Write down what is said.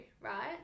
right